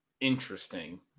interesting